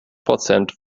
prozent